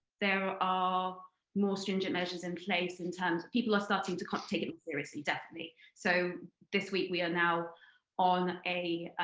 there are more stringent measures in place in terms people are starting to kind of take it seriously, definitely. so this week, we are now on a